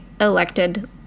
elected